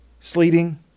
sleeting